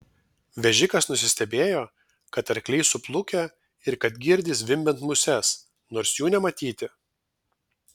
vežikas nusistebėjo kad arkliai suplukę ir kad girdi zvimbiant muses nors jų nematyti